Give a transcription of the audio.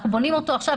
אנחנו בונים אותו עכשיו.